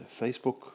Facebook